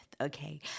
okay